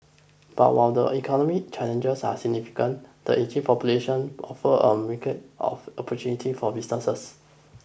but while the economy challenges are significant the ageing population offers a of opportunities for businesses